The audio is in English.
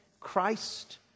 Christ